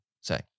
say